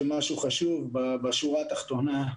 בשורה התחתונה,